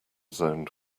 zoned